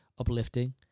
uplifting